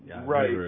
Right